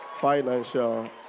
financial